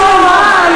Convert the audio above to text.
אוה,